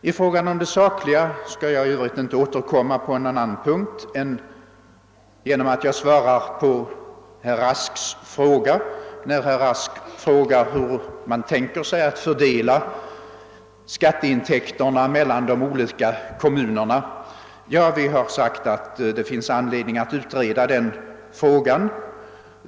I fråga om det sakliga skall jag inte återkomma till någon annan punkt än att jag skall svara på herr Rasks fråga. Han undrar hur man tänker sig fördela skatteintäkterna mellan de olika kommunerna. Vi har sagt att det finns anledning att utreda denna fråga.